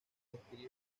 describe